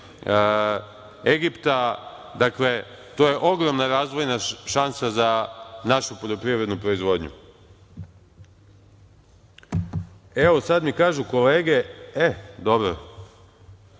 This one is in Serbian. Egipta, i to je ogromna razvojna šansa za našu poljoprivrednu proizvodnju. Evo sada mi kažu kolege, dobro,